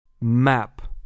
Map